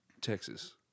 Texas